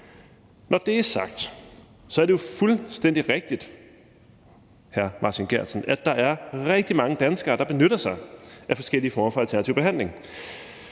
Når det er sagt, er det jo fuldstændig rigtigt, hr. Martin Geertsen, at der er rigtig mange danskere, der benytter sig af forskellige former for alternativ behandling